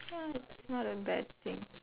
ya it's not a bad thing